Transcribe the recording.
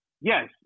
Yes